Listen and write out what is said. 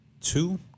two